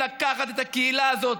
לקחת את הקהילה הזאת,